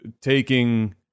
taking